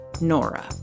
Nora